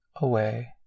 away